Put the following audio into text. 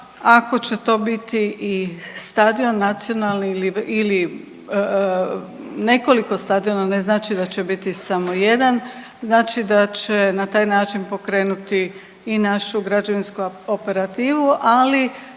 Ako će to biti i stadion nacionalni ili nekoliko stadiona ne znači da će biti samo jedan, znači da će na taj način pokrenuti i našu građevinsku operativu, ali